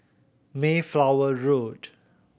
Mayflower Road